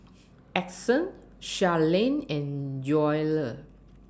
Edson Sharleen and Joelle